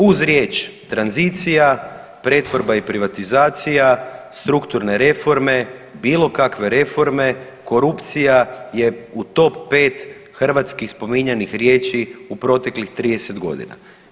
Uz riječ tranzicija, pretvorba i privatizacija, strukturne reforme, bilo kakve reforme korupcija je u top 5 hrvatskih spominjanih riječi u proteklih 30 godina.